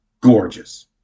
gorgeous